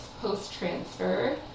post-transfer